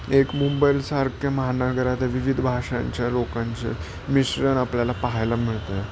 एक मुंबई सारख्या महनगरात विविध भाषांच्या लोकांचे मिश्रण आपल्याला पाहायला मिळतं